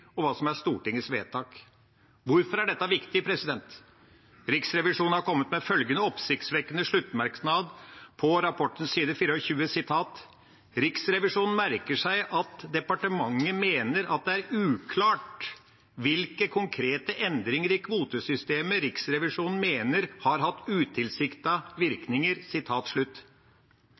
vedtak. Hvorfor er dette viktig? Riksrevisjonen har kommet med følgende oppsiktsvekkende sluttmerknad på side 24 i rapporten: «Riksrevisjonen merker seg at departementet mener at det er uklart hvilke konkrete endringer i kvotesystemet Riksrevisjonen mener har hatt